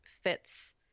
fits